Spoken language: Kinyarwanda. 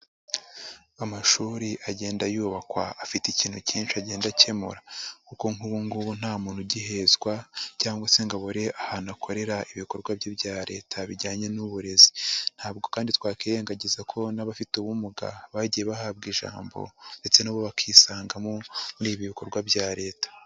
Amashuri agenda yubakwa afite ikintu cyinshi agenda akemura kuko nk'ubugubu nta muntu ugihezwa cyangwa se ngo abure ahantu akorera ibikorwa bye bya leta bijyanye n'uburezi. Ntabwo kandi twakirengagiza ko n'abafite ubumuga bagiye bahabwa ijambo ndetse na bo bakisangamo muri ibi bikorwa bya leta.